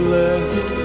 left